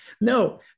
No